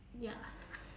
ya